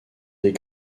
les